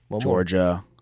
Georgia